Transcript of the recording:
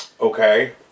Okay